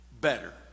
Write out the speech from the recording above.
better